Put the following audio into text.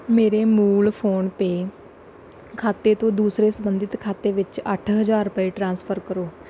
ਮੇਰੇ ਮੂਲ ਫੋਨਪੇਅ ਖਾਤੇ ਤੋਂ ਦੂਸਰੇ ਸੰਬੰਧਿਤ ਖਾਤੇ ਵਿੱਚ ਅੱਠ ਹਜ਼ਾਰ ਰੁਪਏ ਟ੍ਰਾਂਸਫਰ ਕਰੋ